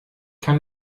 kann